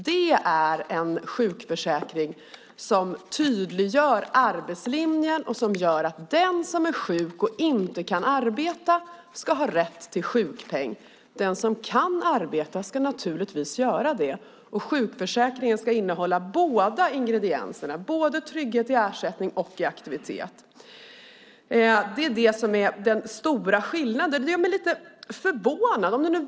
Det är en sjukförsäkring som tydliggör arbetslinjen och som gör att den som är sjuk och inte kan arbeta ska ha rätt till sjukpeng. Den som kan arbeta ska naturligtvis göra det, och sjukförsäkringen ska innehålla båda ingredienserna, trygghet i ersättning och i aktivitet. Det är det som är den stora skillnaden. Jag blir lite förvånad.